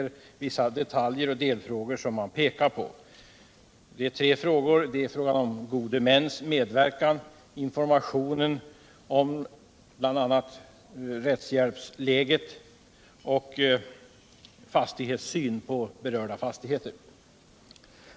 Man pekar på tre delfrågor: gode mäns medverkan, informationen om bl.a. rättshjälpsläget och fastighetssyn på berörda fastigheter.